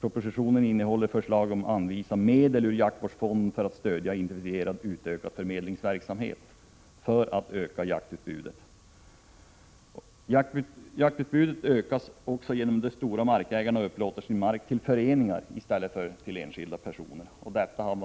Propositionen innehåller förslag att anvisa medel ur jaktvårdsfonden för att stödja en intensifierad och utökad förmedlingsverksamhet i syfte att öka jaktutbudet. Jaktutbudet ökas också genom att de stora markägarna upplåter sin mark till föreningar i stället för till enskilda personer. Detta har